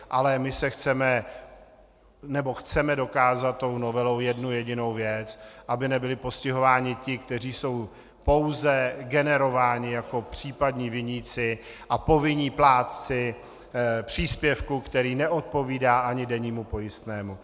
Ale my chceme dokázat tou novelou jednu jedinou věc aby nebyli postihováni ti, kteří jsou pouze generováni jako případní viníci a povinní plátci příspěvku, který neodpovídá ani dennímu pojistnému.